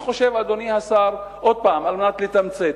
אני חושב, אדוני השר, עוד פעם, על מנת לתמצת,